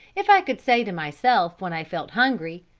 if i could say to myself when i felt hungry,